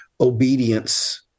obedience